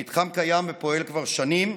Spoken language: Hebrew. המתחם קיים ופועל שנים,